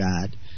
God